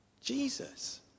Jesus